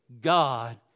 God